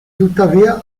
tuttavia